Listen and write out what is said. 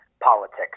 politics